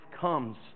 comes